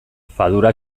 fadura